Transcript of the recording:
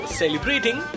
celebrating